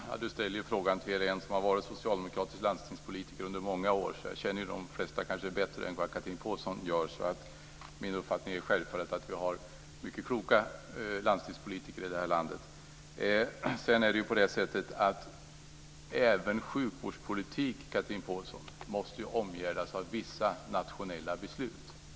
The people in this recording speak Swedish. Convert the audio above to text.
Fru talman! Chatrine Pålsson ställer frågan till en som har varit socialdemokratisk landstingspolitiker under många år. Jag känner de flesta kanske bättre än vad Chatrine Pålsson gör. Min uppfattning är självfallet att vi har mycket kloka landstingspolitiker i det här landet. Även sjukvårdspolitik måste omgärdas av vissa nationella beslut.